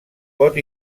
pot